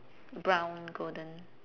brown golden